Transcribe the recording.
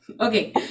okay